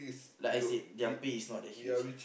like I said their pay is not that huge